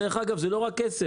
דרך אגב, זה לא רק כסף.